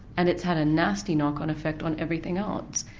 and it's had a nasty knock-on effect on everything else.